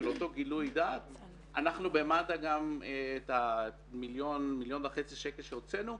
אנחנו במד"א גם את המיליון וחצי שקלים שהוצאנו,